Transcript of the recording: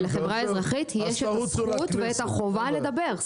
ולחברה האזרחית יש את הזכות ואת החובה לדבר.